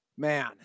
Man